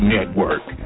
Network